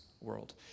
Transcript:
world